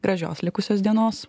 gražios likusios dienos